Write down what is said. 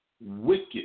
wicked